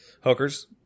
Hookers